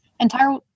entire